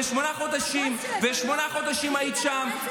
ושמונה חודשים היית שם,